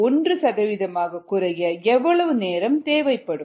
1 சதவீதமாகக் குறைய எவ்வளவு நேரம் தேவைப்படும்